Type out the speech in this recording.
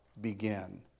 begin